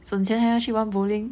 省钱还要去玩 bowling